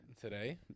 Today